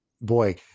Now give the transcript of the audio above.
boy